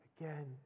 again